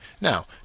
Now